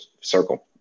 circle